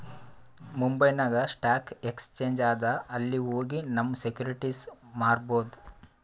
ಮುಂಬೈನಾಗ್ stock exchange ಅದಾ ಅಲ್ಲಿ ಹೋಗಿ ನಮ್ ಸೆಕ್ಯೂರಿಟಿಸ್ ಮಾರ್ಬೊದ್